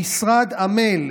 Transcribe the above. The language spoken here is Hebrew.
המשרד עמל,